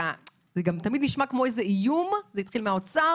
זה גם תמיד נשמע כמו איזה איום: זה התחיל מהאוצר,